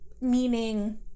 meaning